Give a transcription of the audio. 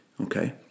okay